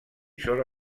sobre